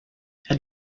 had